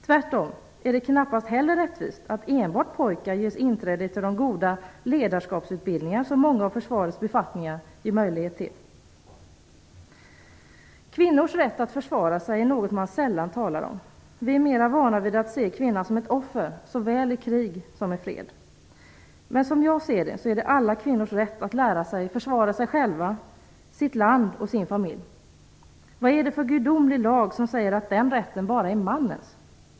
Tvärtom är det knappast heller rättvist att enbart pojkar ges tillträde till de goda ledarskapsutbildningar som många av försvarets befattningar ger möjlighet till. Kvinnors rätt att försvara sig är något man sällan talar om. Vi är mer vana vid att se kvinnan som ett offer, såväl i krig som i fred. Men som jag ser det är det alla kvinnors rätt att lära sig att försvara sig själva, sitt land och sin familj. Vad är det för gudomlig lag som säger att den rätten bara är mannens?